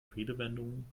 redewendungen